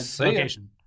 location